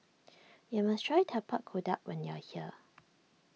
you must try Tapak Kuda when you are here